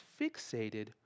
fixated